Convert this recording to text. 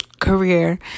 career